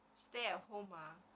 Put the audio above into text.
stay at home ah